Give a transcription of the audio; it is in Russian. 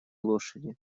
лошади